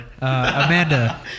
Amanda